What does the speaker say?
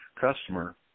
customer